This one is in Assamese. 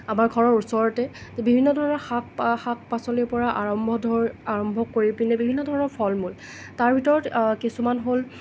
আমাৰ ঘৰৰ ওচৰতে বিভিন্ন ধৰণৰ শাক শাক পাচলিৰ পৰা আৰম্ভ ধৰ আৰম্ভ কৰি পিনে বিভিন্ন ধৰণৰ ফলমূল তাৰ ভিতৰত কিছুমান হ'ল